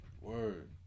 word